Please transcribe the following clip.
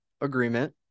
agreement